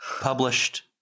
published